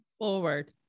forward